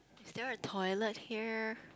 is there a toilet here